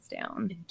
down